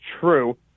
true